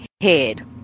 head